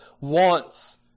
wants